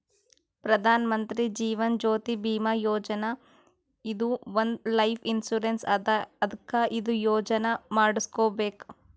ಪ್ರಧಾನ್ ಮಂತ್ರಿ ಜೀವನ್ ಜ್ಯೋತಿ ಭೀಮಾ ಯೋಜನಾ ಇದು ಒಂದ್ life insurance ಅದಾ ಅದ್ಕ ಇದು ಯೋಜನಾ ಮಾಡುಸ್ಕೊಬೇಕ್